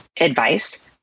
advice